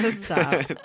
Stop